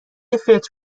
فطر